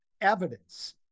evidence